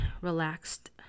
Relaxed